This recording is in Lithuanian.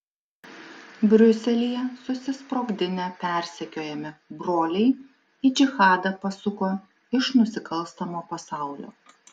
briuselyje susisprogdinę persekiojami broliai į džihadą pasuko iš nusikalstamo pasaulio